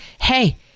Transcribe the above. hey